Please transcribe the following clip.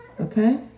Okay